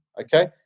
Okay